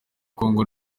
congo